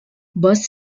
bus